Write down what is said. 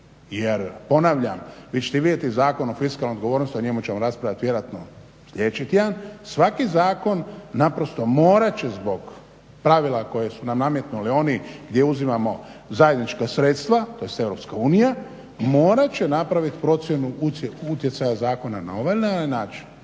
Jer ponavljam, vi ćete vidjeti Zakon o fiskalnoj odgovornosti o njemu ćemo raspravljati vjerojatno sljedeći tjedan, svaki zakon naprosto morat će zbog pravila koja su nam nametnuli oni gdje uzimamo zajednička sredstva tj. EU morat će napraviti procjenu utjecaja zakona na ovaj ili